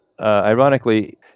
ironically